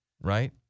right